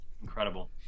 Incredible